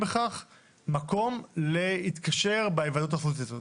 בכך מקום להתקשר בהיוועדות החזותית הזאת.